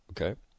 okay